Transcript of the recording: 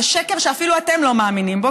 זה שקר שאפילו אתם לא מאמינים בו,